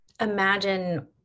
imagine